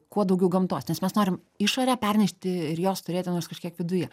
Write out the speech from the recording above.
kuo daugiau gamtos nes mes norim išorę pernešti ir jos turėti nors kažkiek viduje